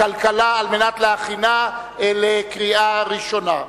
הכלכלה על מנת להכינה לקריאה ראשונה.